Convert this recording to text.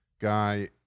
guy